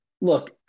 Look